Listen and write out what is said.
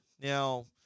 Now